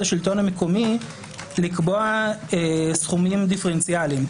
השלטון המקומי לקבוע סכומים דיפרנציאליים.